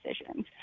decisions